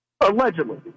Allegedly